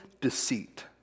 deceit